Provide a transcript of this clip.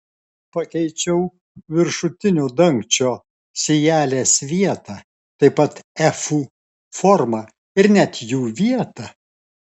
pakeičiau viršutinio dangčio sijelės vietą taip pat efų formą ir net jų vietą